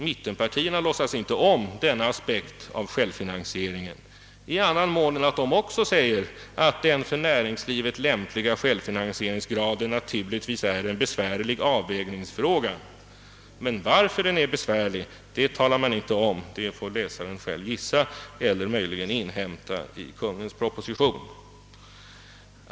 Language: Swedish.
Mittenpartierna låtsas inte om denna aspekt av självfinansieringen i annan mån än att de också säger att den för näringslivet lämpliga självfinansieringsgraden naturligtvis är en besvärlig avvägningsfråga. Men varför den är besvärlig talar man inte om — det får läsaren själv gissa eller möjligen inhämta upplysning om i Kungl. Maj:ts proposition.